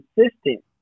consistent